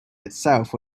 itself